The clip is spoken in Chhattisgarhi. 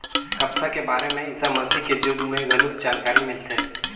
कपसा के बारे में ईसा मसीह के जुग में घलो जानकारी मिलथे